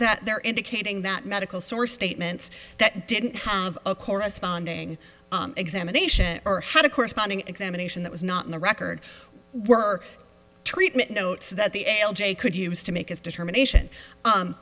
that they're indicating that medical source statements that didn't have a corresponding examination or had a corresponding examination that was not in the record were treatment notes that the l j could use to make its determination